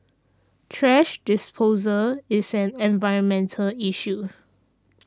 thrash disposal is an environmental issue